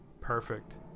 Perfect